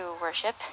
worship